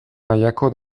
mailako